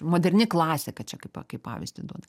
moderni klasika čia kai kaip pavyzdį duoda